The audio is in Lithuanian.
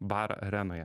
barą arenoje